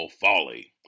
folly